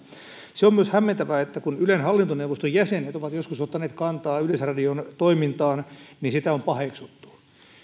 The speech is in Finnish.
se on hämmentävää että kun ylen hallintoneuvoston jäsenet ovat joskus ottaneet kantaa yleisradion toimintaan sitä on paheksuttu